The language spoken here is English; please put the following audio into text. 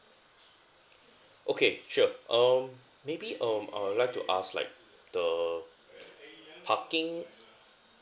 okay sure um maybe um I would like to ask like the parking